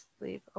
leave